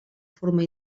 forma